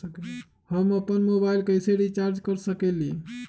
हम अपन मोबाइल कैसे रिचार्ज कर सकेली?